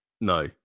No